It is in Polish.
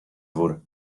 dwór